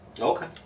Okay